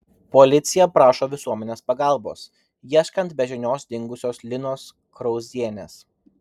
policija prašo visuomenės pagalbos ieškant be žinios dingusios linos krauzienės